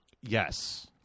Yes